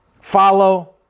Follow